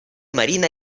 marina